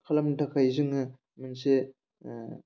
खालामनो थाखाय जोङो मोनसे